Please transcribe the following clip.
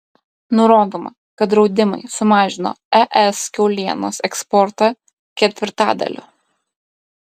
nurodoma kad draudimai sumažino es kiaulienos eksportą ketvirtadaliu